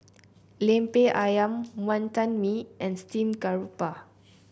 lemper ayam Wantan Mee and Steamed Garoupa